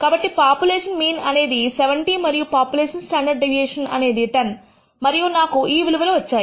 కాబట్టి population mean అనేది 70 మరియు పాపులేషన్ స్టాండర్డ్ డీవియేషన్ అనేది 10 మరియు నాకు ఈ విలువలు వచ్చాయి